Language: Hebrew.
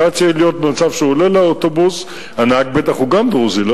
החייל צריך להיות במצב שהוא עולה לאוטובוס, בטח הנהג גם הוא דרוזי,